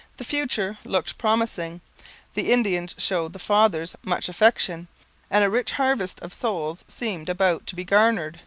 the future looked promising the indians showed the fathers much affection and a rich harvest of souls seemed about to be garnered